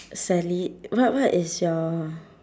sally what what is your